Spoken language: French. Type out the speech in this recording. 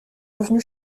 revenu